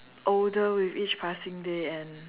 older with each passing day and